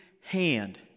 hand